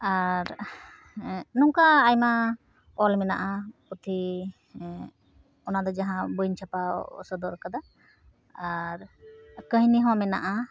ᱟᱨ ᱱᱚᱝᱠᱟ ᱟᱭᱢᱟ ᱚᱞ ᱢᱮᱱᱟ ᱯᱩᱛᱷᱤ ᱚᱱᱟᱫᱚ ᱡᱟᱦᱟᱸ ᱵᱟᱹᱧ ᱪᱷᱟᱯᱟ ᱥᱚᱫᱚᱨ ᱠᱟᱫᱟ ᱟᱨ ᱠᱟᱹᱦᱤᱱᱤ ᱦᱚ ᱢᱮᱱᱟᱼᱟ